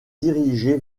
dirigé